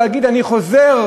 ולהגיד: אני חוזר,